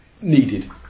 needed